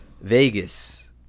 vegas